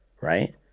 right